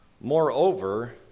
Moreover